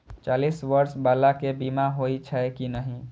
चालीस बर्ष बाला के बीमा होई छै कि नहिं?